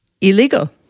illegal